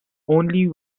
only